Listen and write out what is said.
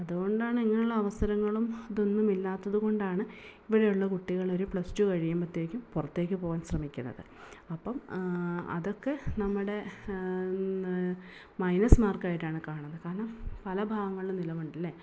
അതുകൊണ്ടാണ് ഇങ്ങനെയുള്ള അവസരങ്ങളും ഇതൊന്നും ഇല്ലാത്തത് കൊണ്ടാണ് ഇവിടെയുള്ള കുട്ടികൾ ഒരു പ്ലസ് ടു കഴിയുമ്പോഴത്തേക്ക് പുറത്തേക്ക് പോകാൻ ശ്രമിക്കുന്നത് അപ്പം അതൊക്കെ നമ്മുടെ മൈനസ് മാർക്കായിട്ടാണ് കാണുന്നത് കാരണം പല ഭാഗങ്ങളിലും നിലമുണ്ടല്ലേ